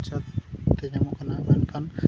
ᱧᱟᱢᱚᱜ ᱠᱟᱱᱟ ᱢᱮᱱᱠᱷᱟᱱ